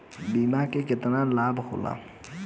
बीमा के केतना लाभ होला?